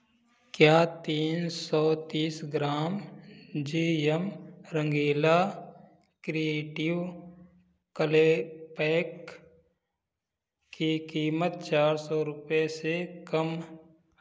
क्या तीन सौ तीस gram G M Rangeela creative clay pack की कीमत चार सौ रुपये से कम